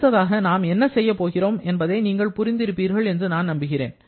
அடுத்ததாக நாம் என்ன செய்யப்போகிறோம் என்பதை நீங்கள் புரிந்திருப்பீர்கள் என்று நான் நம்புகிறேன்